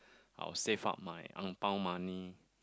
I'll save up my angpao money